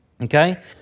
okay